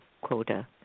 quota